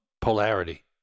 polarity